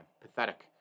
Pathetic